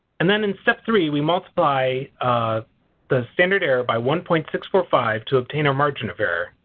and then in step three we multiply the standard error by one point six four five to obtain a margin of error.